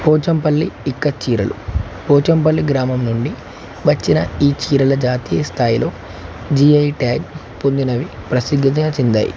పోచంపల్లి ఇక్కత్ చీరలు పోచంపల్లి గ్రామం నుండి వచ్చిన ఈ చీరల జాతీయ స్థాయిలో జిఐ ట్యాగ్ పొందినవి ప్రసిద్ధిగా చెందాయి